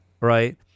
right